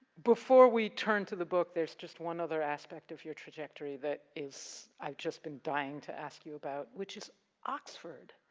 before we turn to the book there's just one other aspect of your trajectory that is, i've just been dying to ask you about, which is oxford.